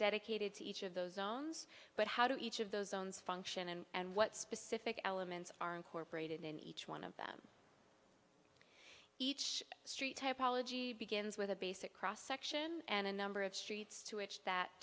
dedicated to each of those zones but how do each of those loans function and what specific elements are incorporated in each one of them each street type ology begins with a basic cross section and a number of streets to which that